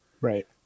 Right